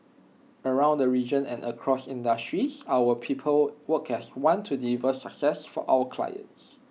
around the region and across industries our people work as one to deliver success for our clients